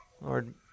Lord